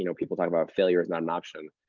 you know people talk about failure is not an option.